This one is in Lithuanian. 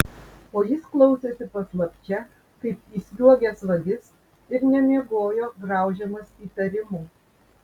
o jis klausėsi paslapčia kaip įsliuogęs vagis ir nemiegojo graužiamas įtarimų